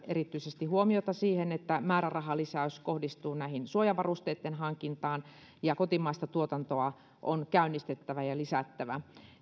erityisesti huomiota siihen että määrärahalisäys kohdistuu näiden suojavarusteitten hankintaan ja kotimaista tuotantoa on käynnistettävä ja lisättävä